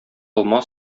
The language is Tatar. алма